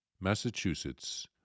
Massachusetts